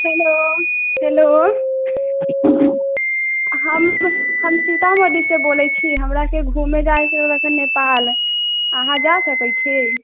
hello hello हम हम सीतामढ़ीसँ बोलै छी हमराके घूमय जाइके हइ यहाँसँ नेपाल अहाँ जा सकै छी